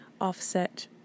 offset